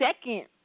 second